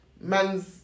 man's